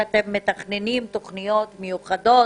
שאתם מתכננים תוכניות מיוחדות